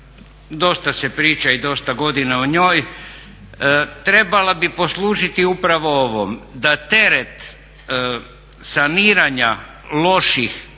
dosta se priča i dosta godina o njoj, trebala bi poslužiti upravo ovom, da teret saniranja loših